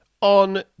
On